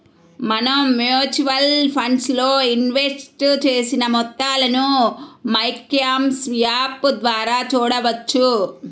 మనం mutual funds లో invest చేసిన మొత్తాలను మైక్యామ్స్ యాప్ ద్వారా చూడవచ్చు